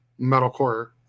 metalcore